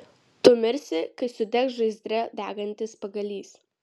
tu mirsi kai sudegs žaizdre degantis pagalys